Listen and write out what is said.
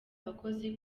abakozi